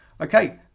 Okay